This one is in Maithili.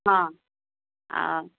हँ आ